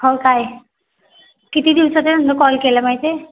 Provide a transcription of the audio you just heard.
हो काय किती दिवसाच्यानंतर कॉल केला आहे माहीत आहे